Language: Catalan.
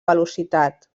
velocitat